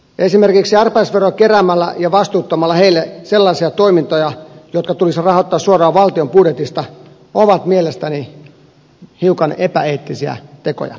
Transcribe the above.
esimerkiksi arpajaisveron kerääminen ja vastuuttamalla niille sellaisia toimintoja jotka tulisi rahoittaa suoraan valtion budjetista ovat mielestäni hiukan epäeettisiä tekoja